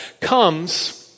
comes